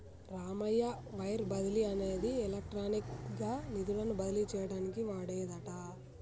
Ramayya wire బదిలీ అనేది electronic గా నిధులను బదిలీ చేయటానికి వాడేదట